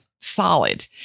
solid